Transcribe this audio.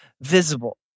visible